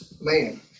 man